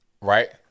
right